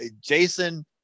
Jason